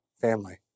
family